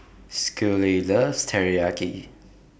Schley loves Teriyaki